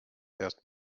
erst